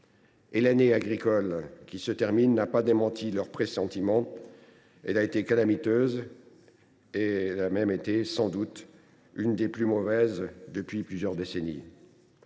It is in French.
L’année agricole qui se termine n’a pas démenti leur pressentiment : elle a été calamiteuse et a même été, sans doute, l’une des plus mauvaises depuis plusieurs décennies.